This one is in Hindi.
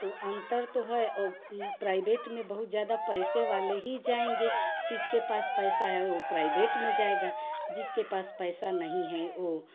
तो अंतर तो है और प्राइबेट में बहुत ज़्यादा पैसे वाले हीं जाएँगे जिसके पास पैसा है वह प्राइबेट में जाएगा जिसके पास पैसा नहीं है वह